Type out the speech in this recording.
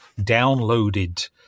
downloaded